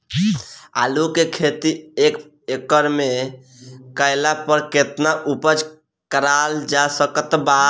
आलू के खेती एक एकड़ मे कैला पर केतना उपज कराल जा सकत बा?